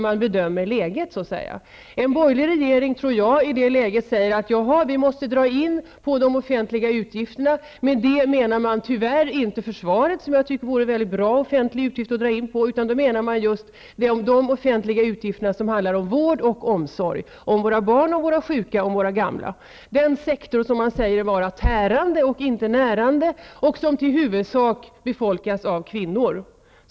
Jag tror att en borgerlig regering i det läget säger att vi måste dra in på de offentliga utgifterna. Med det menar man tyvärr inte försvaret, som jag tycker vore en mycket bra offentlig utgift att dra in på, utan man menar de offentliga utgifter som handlar om vård och omsorg om våra barn, sjuka och gamla. Det är den sektor som man säger är tärande och inte närande. Den befolkas i huvudsak av kvinnor.